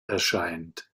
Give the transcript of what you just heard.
erscheint